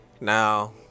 Now